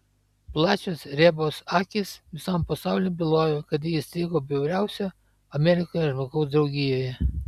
plačios rebos akys visam pasauliui bylojo kad ji įstrigo bjauriausio amerikoje žmogaus draugijoje